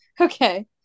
Okay